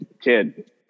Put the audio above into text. kid